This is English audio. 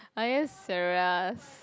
are you serious